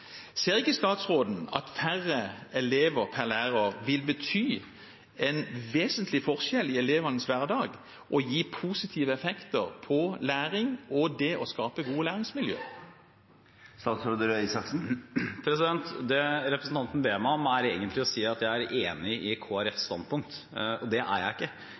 Ser ikke statsråden at færre elever per lærer vil bety en vesentlig forskjell i elevenes hverdag og gi positive effekter på læringen og det å skape gode læringsmiljø? Det representanten ber meg om, er egentlig å si at jeg er enig i Kristelig Folkepartis standpunkt. Det er jeg ikke.